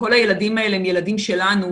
כל הילדים האלה הם ילדים שלנו.